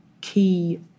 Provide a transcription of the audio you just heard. key